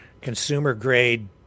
consumer-grade